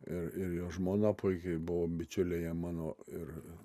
ir ir jo žmona puikiai buvom bičiuliai jie mano ir